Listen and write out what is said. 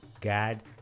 God